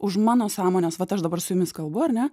už mano sąmonės vat aš dabar su jumis kalbu ar ne